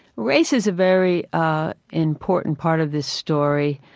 race is a very ah important part of this story.